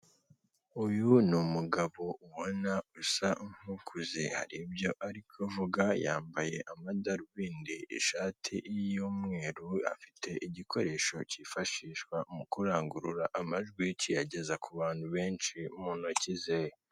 Uyu ni umugabo ubona usa nk'ukuze hari ibyo ari kuvuga yambaye amadarubindi, ishati y'umweru afite igikoresho cyifashishwa mu kurangurura amajwi kiyageza ku bantu benshi mu ntoki ze.